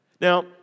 Now